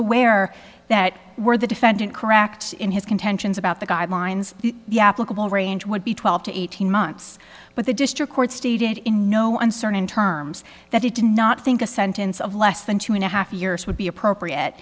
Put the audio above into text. aware that where the defendant cracked in his contentions about the guidelines the applicable range would be twelve to eighteen months but the district court stated in no uncertain terms that he did not think a sentence of less than two and a half years would be appropriate